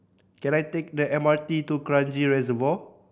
can I take the M R T to Kranji Reservoir